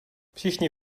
všichni